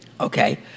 okay